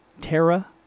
Terra